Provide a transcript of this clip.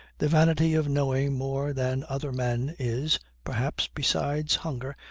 the vanity of knowing more than other men is, perhaps, besides hunger,